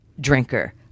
drinker